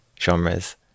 genres